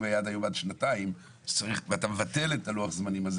היה עד היום עד שנתיים ואתה מבטל את לוח הזמנים הזה,